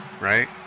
right